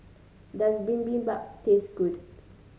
does Bibimbap taste good